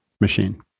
machine